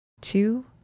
two